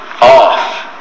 off